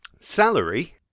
Salary